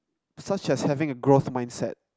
such as having a growth mind set